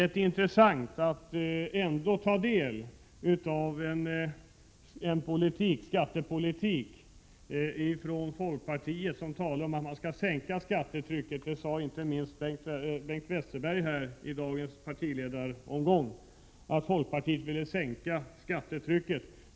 Bl.a. Bengt Westerberg sade i dagens partiledaromgång att folkpartiet ville sänka skattetrycket.